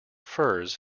furs